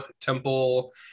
temple